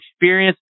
experience